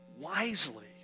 wisely